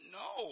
no